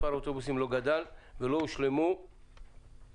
מספר האוטובוסים לא גדל ולא הושלמו מגנים,